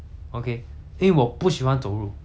如果是如果是我的话我喜欢跑